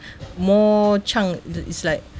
more chunk is is like